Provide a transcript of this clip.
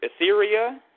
Etheria